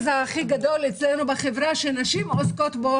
הגבוה אצלנו בחברה - תחום שנשים עוסקות בו,